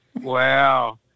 Wow